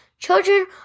Children